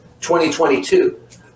2022